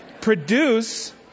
produce